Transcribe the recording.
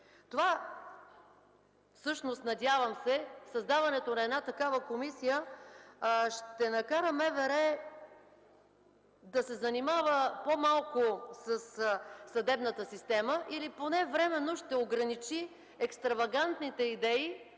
от Брюксел. Надявам се, че създаването на такава комисия ще накара МВР да се занимава по-малко със съдебната система или поне временно ще ограничи екстравагантните идеи,